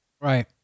Right